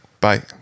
bye